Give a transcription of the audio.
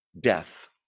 death